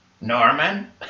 Norman